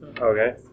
Okay